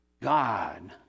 God